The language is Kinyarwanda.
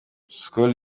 skol